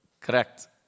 Correct